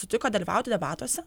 sutiko dalyvauti debatuose